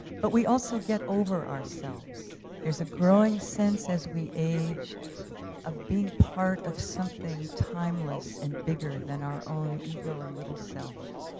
but we also get over ourselves. there's a growing sense as we age of being part of something timeless and bigger than our own ego and little self.